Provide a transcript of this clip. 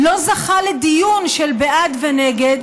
לא זכה לדיון של בעד ונגד,